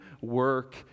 work